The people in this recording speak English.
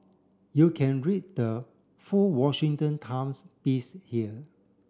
you can read the full Washington Times piece here